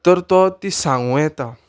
तर तो ती सांगू येता